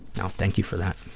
and thank you for that.